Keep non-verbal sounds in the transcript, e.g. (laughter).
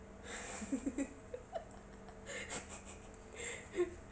(laughs)